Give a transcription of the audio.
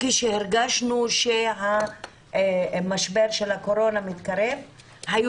כשהרגשנו שהמשבר של הקורונה מתקרב הממשלה